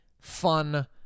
fun